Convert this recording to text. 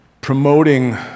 promoting